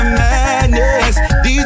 madness